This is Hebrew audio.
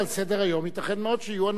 ייתכן מאוד שיהיו אנשים שיתייחסו לזה.